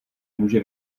může